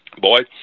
Boy